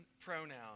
pronoun